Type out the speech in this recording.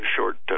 Short